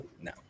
No